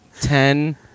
ten